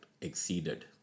exceeded